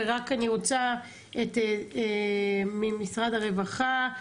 ורק אני רוצה ממשרד הרווחה,